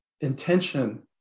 intention